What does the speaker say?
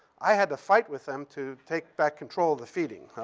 i had to fight with them to take back control of the feeding.